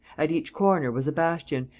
at each corner was a bastion,